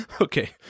Okay